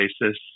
basis